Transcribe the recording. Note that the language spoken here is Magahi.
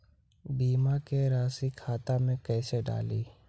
बीमा के रासी खाता में कैसे डाली?